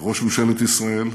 כראש ממשלת ישראל,